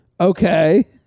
Okay